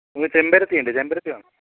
പിന്നെ ചെമ്പരത്തിയുണ്ട് ചെമ്പരത്തി വേണോ